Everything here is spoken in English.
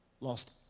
lost